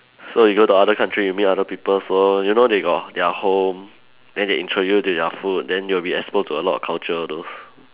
so we go to other country we meet other people so you know they got their home then they introduce to their food then you'll be exposed to a lot of culture all those